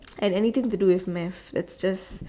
and anything to do with math that's just